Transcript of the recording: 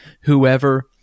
Whoever